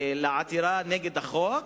העתירה נגד החוק